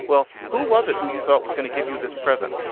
well, who was it who you thought was going to give you this present?